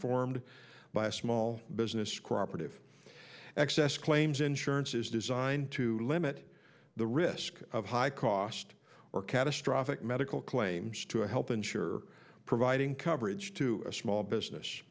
formed by a small business crop of excess claims insurance is designed to limit the risk of high cost or catastrophic medical claims to help ensure providing coverage to small business